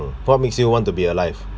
what makes you want to be alive